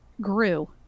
grew